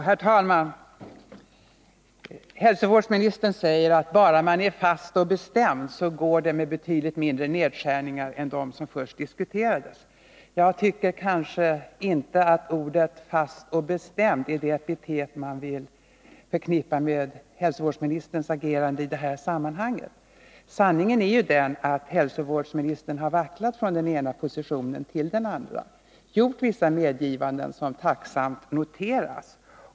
Herr talman! Hälsovårdsministern säger att bara man är fast och bestämd kan det bli betydligt mindre nedskärningar än de som först diskuterades. Jag tycker inte att epiteten fast och bestämd är vad man vill förknippa med hälsovårdsministerns agerande i detta sammanhang. Sanningen är ju den att hälsovårdsministern har vacklat från den ena positionen till den andra, men också har gjort vissa medgivanden som tacksamt har noterats.